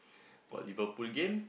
got Liverpool game